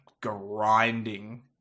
grinding